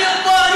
אני עוד פה.